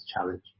challenge